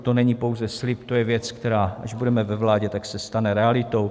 To není pouze slib, to je věc, která, až budeme ve vládě, se tak stane realitou.